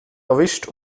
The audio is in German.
erwischt